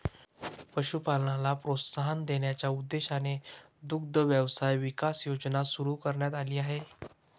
पशुपालनाला प्रोत्साहन देण्याच्या उद्देशाने दुग्ध व्यवसाय विकास योजना सुरू करण्यात आली आहे